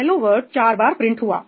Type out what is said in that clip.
hello word चार बार print हुआ